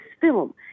film